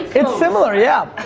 it's similar, yeah.